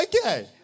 Okay